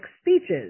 speeches